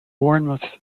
bournemouth